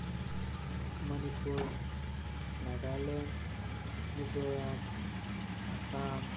Manipur Nagaland Mizoram Assam